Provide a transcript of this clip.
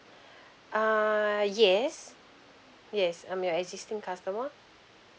uh yes yes I'm your existing customer